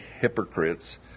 hypocrites